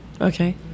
Okay